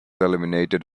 eliminated